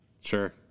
Sure